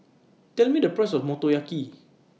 Tell Me The Price of Motoyaki